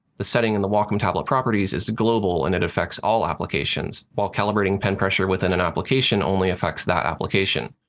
the setting in the wacom tablet properties is global and it affects all applications, while calibrating pen pressure within an application only affects that application.